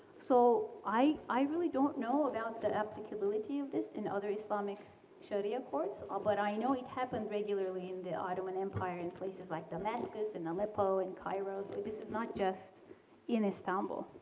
so i i really don't know about the applicability of this in other islamic sharia courts, ah but i know it happened regularly in the ottoman empire in places like damascus, in aleppo and cairo. but this is not just in istanbul.